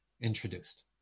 introduced